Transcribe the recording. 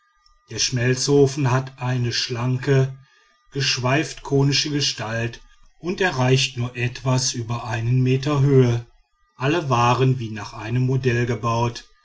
der schmelzofen hat eine schlanke geschweift konische gestalt und erreicht nur etwas über einen meter höhe alle waren wie nach einem modell gebaut